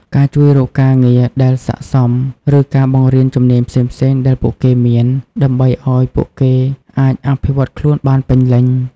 ការជួយរកការងារដែលស័ក្តិសម ឬការបង្រៀនជំនាញផ្សេងៗដែលពួកគេមាន ដើម្បីឱ្យពួកគេអាចអភិវឌ្ឍខ្លួនបានពេញលេញ។